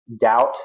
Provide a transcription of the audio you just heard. doubt